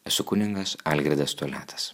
esu kunigas algirdas toliatas